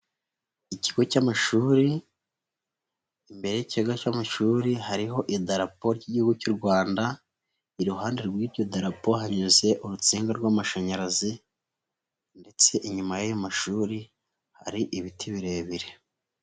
Ikigo cy'amashuri imbere y'ikigo cy'amashuri hariho idarapo ry'Igihugu cy'u Rwanda, iruhande rw'iryo darapo hanyuze urutsinga rw'amashanyarazi ndetse inyuma y'ayo mashuri hari ibiti birebire.